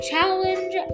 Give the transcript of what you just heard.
Challenge